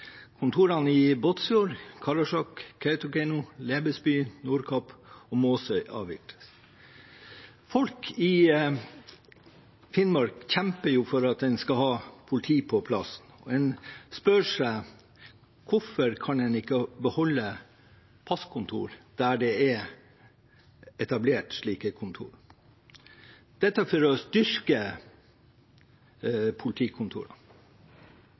Kontorene i Båtsfjord, Karasjok, Kautokeino, Lebesby, Nordkapp og Måsøy avvikles. Folk i Finnmark kjemper for at man skal ha politiet på plass, men spør seg: Hvorfor kan man ikke beholde passkontorer der det er etablert slike kontorer – dette for å styrke politikontorene?